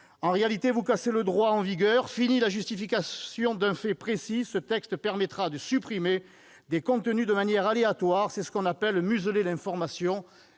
En réalité, vous cassez le droit en vigueur. Finie la justification d'un fait précis : ce texte permettra de supprimer des contenus de manière aléatoire. C'est ce qu'on appelle museler l'information,